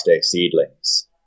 seedlings